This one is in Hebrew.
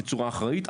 בצורה אחראית,